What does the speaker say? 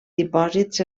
dipòsits